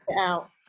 out